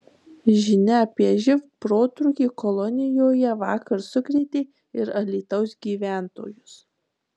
žinia apie živ protrūkį kolonijoje vakar sukrėtė ir alytaus gyventojus